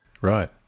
Right